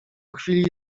chwili